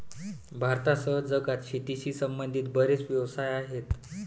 भारतासह जगात शेतीशी संबंधित बरेच व्यवसाय आहेत